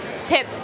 tip